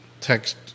text